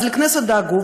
לכנסת דאגו,